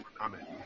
amen